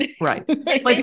Right